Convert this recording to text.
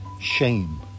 Shame